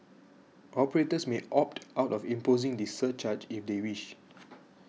operators may opt out of imposing this surcharge if they wish